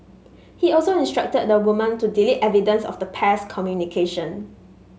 he also instructed the woman to delete evidence of the pair's communication